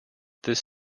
this